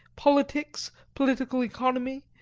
politics, political economy,